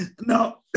No